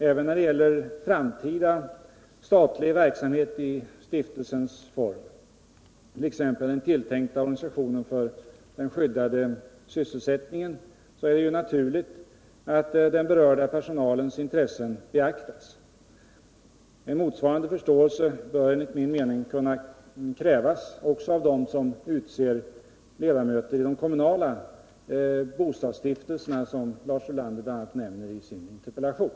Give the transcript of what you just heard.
Även när det gäller framtida statlig verksamhet i stiftelsens form, t.ex. den tilltänkta organisationen för den skyddade sysselsättningen, är det naturligt att den berörda personalens intressen beaktas. En motsvarande förståelse bör enligt min mening kunna krävas också av dem som utser ledamöter i de kommunala bostadsstiftelserna, som Lars Ulander bl.a. nämnde i sin interpellation.